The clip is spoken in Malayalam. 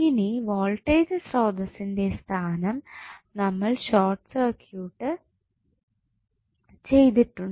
ഇനി വോൾട്ടേജ് സ്രോതസ്സിൻറെ സ്ഥാനം നമ്മൾ ഷോർട്ട് സർക്യൂട്ട് ചെയ്തിട്ടുണ്ട്